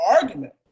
argument